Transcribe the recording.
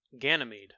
Ganymede